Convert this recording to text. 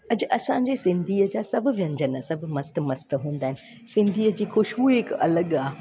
अॼु असांजे सिंधीअ जा सभ व्यंजन सभु मस्तु मस्तु हूंदा आहिनि सिंधीअ जी ख़ुश्बू ई हिकु अलॻि आहे